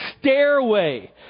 stairway